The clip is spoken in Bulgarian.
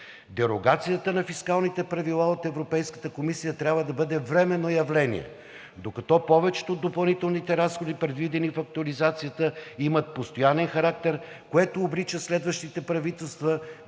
Дерогацията на фискалните правила от Европейската комисия трябва да бъде временно явление. Докато повечето от допълнителните разходи, предвидени в актуализацията, имат постоянен характер, което обрича следващите правителства